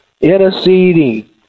interceding